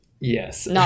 Yes